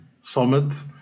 summit